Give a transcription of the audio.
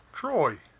Troy